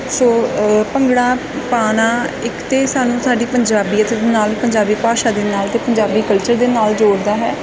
ਸੋ ਭੰਗੜਾ ਪਾਉਣਾ ਇੱਕ ਤਾਂ ਸਾਨੂੰ ਸਾਡੀ ਪੰਜਾਬੀ ਅਤੇ ਨਾਲ ਪੰਜਾਬੀ ਭਾਸ਼ਾ ਦੇ ਨਾਲ ਅਤੇ ਪੰਜਾਬੀ ਕਲਚਰ ਦੇ ਨਾਲ ਜੋੜਦਾ ਹੈ